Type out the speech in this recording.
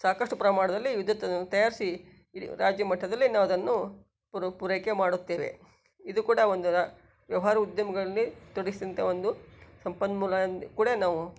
ಸಾಕಷ್ಟು ಪ್ರಮಾಣದಲ್ಲಿ ವಿದ್ಯುತ್ ತಯಾರಿಸಿ ಇಡೀ ರಾಜ್ಯ ಮಟ್ಟದಲ್ಲಿ ನಾವು ಅದನ್ನು ಪುರ್ ಪೂರೈಕೆ ಮಾಡುತ್ತೇವೆ ಇದೂ ಕೂಡ ಒಂದು ರ ವ್ಯವ್ಹಾರ ಉದ್ಯಮಗಳಲ್ಲಿ ತೊಡಗಿಸಿದಂಥ ಒಂದು ಸಂಪನ್ಮೂಲ ಎಂದು ಕೂಡ ನಾವು